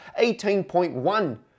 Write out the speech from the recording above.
18.1%